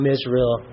Israel